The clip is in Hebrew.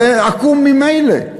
זה עקום ממילא.